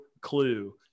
clue